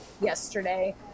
yesterday